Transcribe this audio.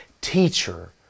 teacher